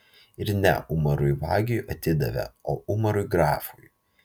ir ne umarui vagiui atidavė o umarui grafui